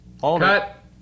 Cut